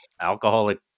alcoholic